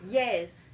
yes